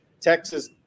Texas